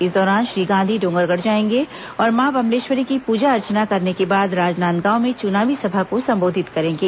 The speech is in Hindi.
इस दौरान श्री गांधी डोंगरगढ़ जाएंगे और मां बम्लेश्वरी की पूजा अर्चना करने के बाद राजनांदगांव में चुनावी सभा को संबोधित करेंगे